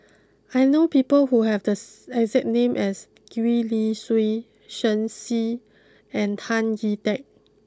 I know people who have the exact name as Gwee Li Sui Shen Xi and Tan Chee Teck